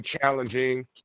challenging